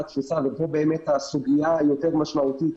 ופה באמת הסוגיה היותר משמעותית,